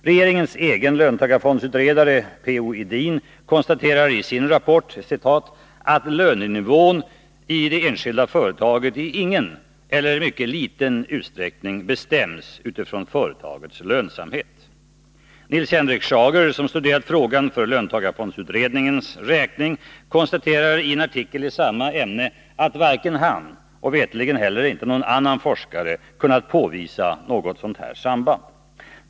Regeringens egen löntagarfondsutredare P. O. Edin konstaterar i en rapport ”att lönenivån i det enskilda företaget i ingen eller mycket liten utsträckning bestäms utifrån företagets lönsamhet.” Nils Henrik Schager, som studerat frågan för löntagarfondsutredningens räkning, konstaterar i en artikel i samma ämne att han inte — och veterligen inte heller någon annan forskare — kunnat påvisa något sådant samband.